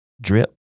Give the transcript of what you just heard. drip